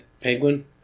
penguin